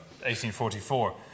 1844